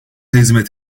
hizmet